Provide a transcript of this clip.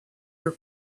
your